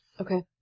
Okay